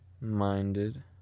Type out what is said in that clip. Minded